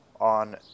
on